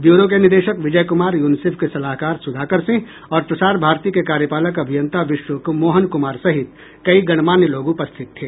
bureau के निदेशक Vijay Kumar UNICEF के सलाहकार सुधाकर सिंह और प्रसार भारती के कार्यपालक अभियंता विश्वमोहन कुमार सहित कई गणमान्य लोग उपस्थित थे